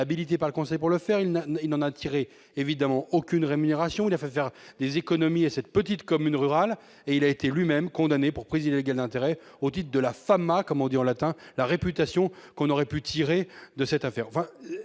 il a été habilités par le conseil pour le faire, il ne il n'en a tiré évidemment aucune rémunération, il a fait faire des économies et cette petite commune rurale et il a été lui-même condamné pour prise illégale d'intérêts audits de la femme a comme on dit en latin la réputation qu'on aurait pu tirer de cette affaire,